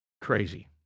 Crazy